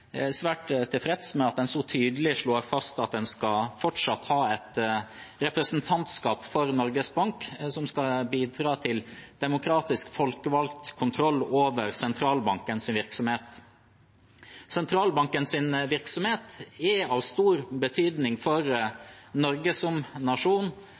svært tilfreds med at man så tydelig slår fast at Norges Bank fortsatt skal ha et representantskap, som skal bidra til demokratisk folkevalgt kontroll over Sentralbankens virksomhet. Sentralbankens virksomhet er av stor betydning for Norge som nasjon.